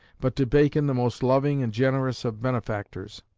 but to bacon the most loving and generous of benefactors.